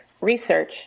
research